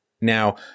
Now